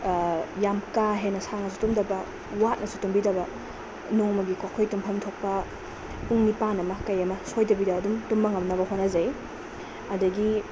ꯌꯥꯝ ꯀꯥ ꯍꯦꯟꯅ ꯁꯥꯡꯅꯁꯨ ꯇꯨꯝꯗꯕ ꯋꯥꯠꯅꯁꯨ ꯇꯨꯝꯕꯤꯗꯕ ꯅꯣꯡꯃꯒꯤꯀꯣ ꯑꯩꯈꯣꯏ ꯇꯨꯝꯐꯝ ꯊꯣꯛꯄ ꯄꯨꯡ ꯅꯤꯄꯥꯜ ꯑꯃ ꯀꯩ ꯑꯃ ꯁꯣꯏꯗꯕꯤꯗ ꯑꯗꯨꯝ ꯇꯨꯝꯕ ꯉꯝꯅꯕ ꯍꯣꯠꯅꯖꯩ ꯑꯗꯒꯤ